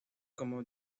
como